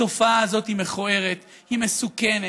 התופעה הזאת היא מכוערת, היא מסוכנת,